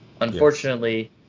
Unfortunately